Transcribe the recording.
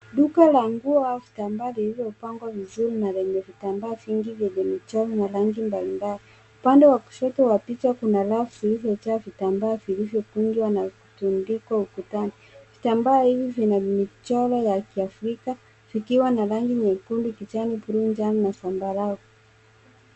Duka la nguo au vitambaa lililopangwa vizuri na lenye vitambaa vingi vyenye michoro na rangi mbalimbali. Upande wa kushoto wa picha kuna rafu zilizojaa vitambaa vilivyokunjwa na kutundikwa ukutani. Vitambaa hivi vina michoro ya Kiafrika vikiwa na rangi nyekundu, kijani, buluu, njano na zambarau.